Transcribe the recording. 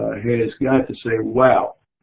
has got to say, wow.